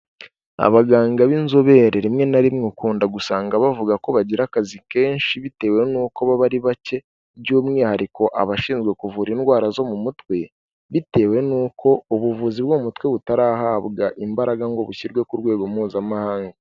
Abaganga b'inzobere rimwe na rimwe ukunda gusanga bavuga ko bagira akazi kenshi bitewe n'uko baba bari bake, by'umwihariko abashinzwe kuvura indwara zo mu mutwe, bitewe n'uko ubuvuzi bwo mu mutwe butarahabwa imbaraga ngo bushyirwe ku rwego mpuzamahanga.